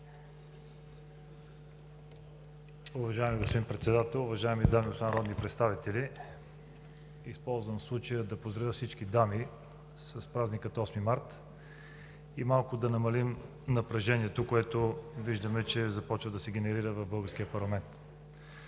Уважаеми господин Председател, уважаеми дами и господа народни представители! Използвам случая да поздравя всички дами с празника 8-ми март! И малко да намалим напрежението, което виждаме, че започва да се генерира в българския парламент.